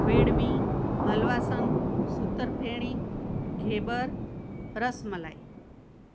Vedmi halwasan sutarfeni ghevar rasmalai